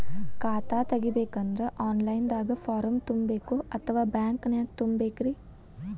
ಖಾತಾ ತೆಗಿಬೇಕಂದ್ರ online ದಾಗ ಫಾರಂ ತುಂಬೇಕೊ ಅಥವಾ ಬ್ಯಾಂಕನ್ಯಾಗ ತುಂಬ ಬೇಕ್ರಿ?